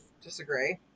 Disagree